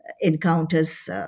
encounters